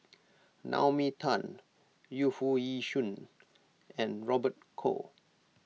Naomi Tan Yu Foo Yee Shoon and Robert Goh